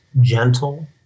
gentle